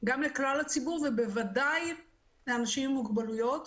גם לכלל הציבור ובוודאי לאנשים עם מוגבלויות.